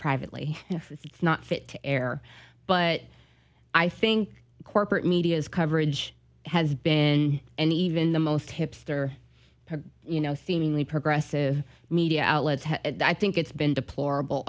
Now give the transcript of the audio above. privately it's not fit to air but i think corporate media's coverage has been and even the most hipster you know seemingly progressive media outlets i think it's been deplorable